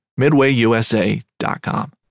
MidwayUSA.com